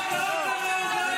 טרור אחרי טרור אחרי טרור.